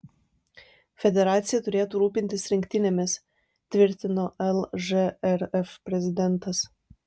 federacija turėtų rūpintis rinktinėmis tvirtino lžrf prezidentas